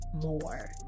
more